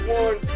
one